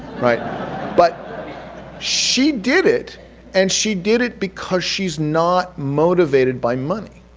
but she did it and she did it because she's not motivated by money,